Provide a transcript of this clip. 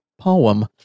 poem